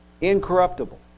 Incorruptible